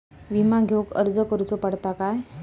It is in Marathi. विमा घेउक अर्ज करुचो पडता काय?